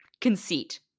conceit